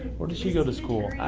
where did she go to school?